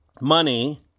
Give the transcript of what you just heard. money